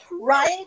Right